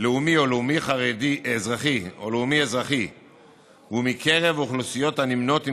לאומי או לאומי-אזרחי והוא מקרב אוכלוסיות הנמנות עם